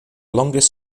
longest